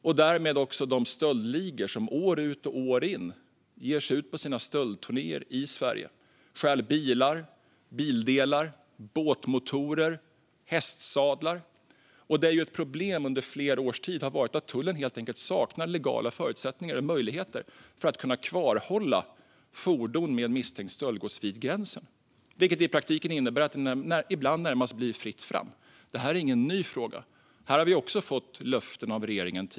Därmed kommer också de stöldligor som år ut och år in ger sig ut på sina stöldturnéer i Sverige och som stjäl bilar, bildelar, båtmotorer och hästsadlar. Ett problem har under flera års tid varit att tullen helt enkelt saknar legala förutsättningar och möjligheter att kvarhålla fordon med misstänkt stöldgods vid gränsen, vilket i praktiken innebär att det ibland närmast blir fritt fram. Detta är ingen ny fråga. Här har vi också tidigare fått löften av regeringen.